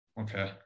Okay